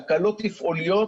תקלות תפעוליות,